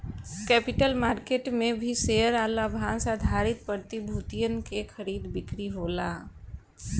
capital market में भी share आ लाभांस आधारित प्रतिभूतियन के खरीदा बिक्री होला